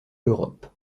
europe